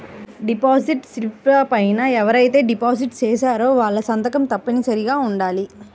deposit స్లిపుల పైన ఎవరైతే డిపాజిట్ చేశారో వాళ్ళ సంతకం తప్పనిసరిగా ఉండాలి